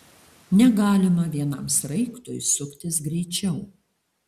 negalima vienam sraigtui suktis greičiau